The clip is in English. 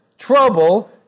Trouble